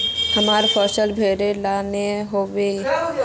हम्मर फारम भरे ला न आबेहय?